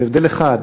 בהבדל אחד,